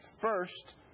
first